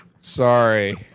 Sorry